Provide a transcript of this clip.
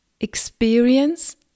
experience